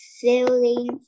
feeling